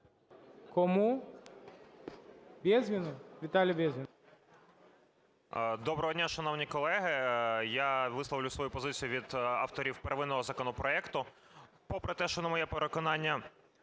Кому? Безгіну? Віталій Безгін. 13:43:25 БЕЗГІН В.Ю. Доброго дня, шановні колеги! Я висловлю свою позицію від авторів первинного законопроекту. Попри те, що, на моє переконання,